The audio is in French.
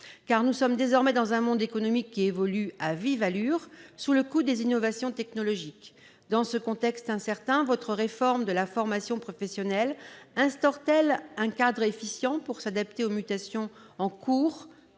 Car nous sommes désormais dans un monde économique qui évolue à vive allure, sous le coup des innovations technologiques. Dans ce contexte incertain, votre réforme de la formation professionnelle instaure-t-elle un cadre efficient pour s'adapter aux mutations en cours